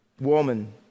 woman